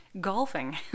golfing